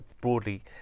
broadly